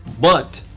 but!